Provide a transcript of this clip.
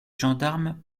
gendarmes